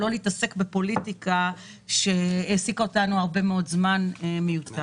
לא להתעסק בפוליטיקה שהעסיקה אותנו הרבה מאוד זמן מיותר.